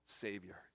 Savior